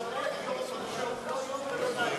כי זו פגיעה בדמוקרטיה,